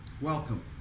Welcome